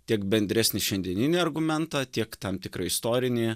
tiek bendresnį šiandieninį argumentą tiek tam tikrą istorinį